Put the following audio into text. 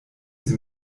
sie